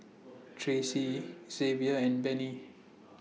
Tracey Xzavier and Benny